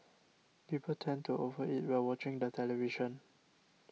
people tend to over eat while watching the television